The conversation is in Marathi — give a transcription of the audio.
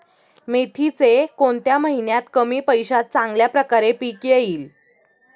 मेथीचे कोणत्या महिन्यात कमी पैशात चांगल्या प्रकारे पीक येईल?